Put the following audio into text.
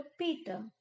Peter